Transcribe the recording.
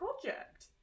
project